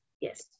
Yes